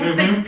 six